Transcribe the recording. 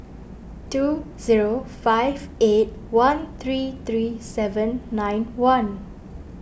two zero five eight one three three seven nine one